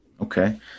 Okay